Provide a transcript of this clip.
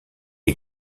est